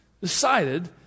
decided